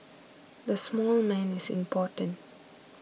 the small man is important